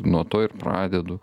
nuo to ir pradedu